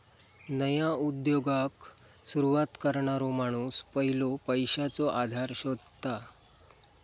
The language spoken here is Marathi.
नया उद्योगाक सुरवात करणारो माणूस पयलो पैशाचो आधार शोधता